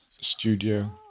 Studio